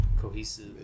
cohesive